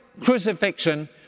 crucifixion